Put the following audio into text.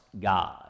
God